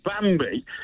Bambi